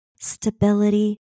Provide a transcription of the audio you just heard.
stability